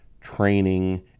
training